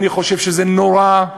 אני חושב שזה נורא,